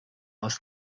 aus